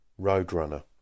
Roadrunner